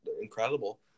incredible